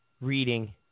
reading